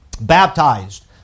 baptized